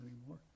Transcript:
anymore